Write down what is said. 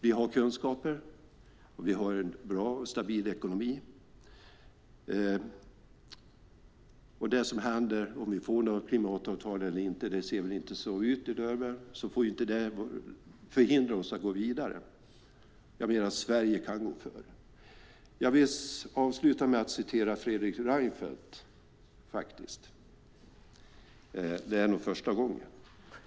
Vi har kunskaper och vi har en bra och stabil ekonomi. Oavsett om vi får ett klimatavtal eller inte i Durban - det ser väl inte så ut - får det inte hindra oss att gå vidare. Jag menar att Sverige kan gå före. Jag vill avsluta med att citera Fredrik Reinfeldt. Det är nog första gången.